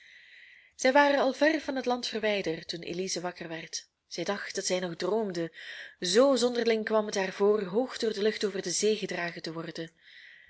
zij waren al ver van het land verwijderd toen elize wakker werd zij dacht dat zij nog droomde zoo zonderling kwam het haar voor hoog door de lucht over de zee gedragen te worden